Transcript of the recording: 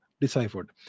deciphered